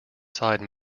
side